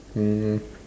mmhmm